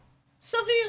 סביר',